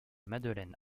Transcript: madeleine